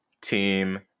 Team